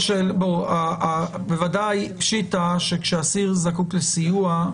בוודאי פשיטא שכשהאסיר זקוק לסיוע,